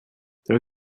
there